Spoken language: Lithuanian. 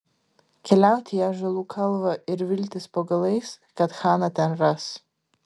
keliauti į ąžuolų kalvą ir viltis po galais kad haną ten ras